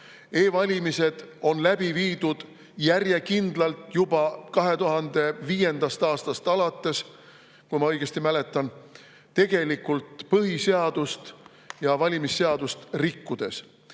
E-valimised on läbi viidud järjekindlalt juba 2005. aastast alates, kui ma õigesti mäletan, tegelikult põhiseadust ja valimisseadust rikkudes.